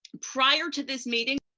prior to this meeting.